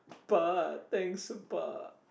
pa thanks pa